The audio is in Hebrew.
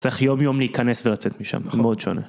צריך יום יום להיכנס ולצאת משם מאוד שונה.